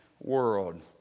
world